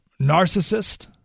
narcissist